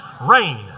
Rain